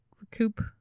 recoup